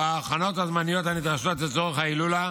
וההכנות הזמניות הנדרשות לצורך ההילולה